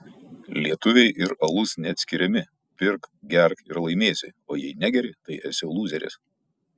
lietuviai ir alus neatskiriami pirk gerk ir laimėsi o jei negeri tai esi lūzeris